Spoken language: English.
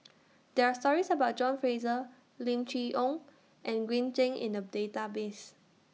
There Are stories about John Fraser Lim Chee Onn and Green Zeng in The Database